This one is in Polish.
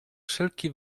wszelki